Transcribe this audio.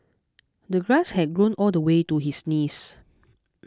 the grass had grown all the way to his knees